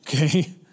Okay